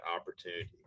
opportunity